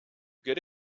get